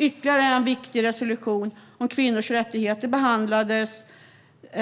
Ytterligare en viktig resolution om kvinnors rättigheter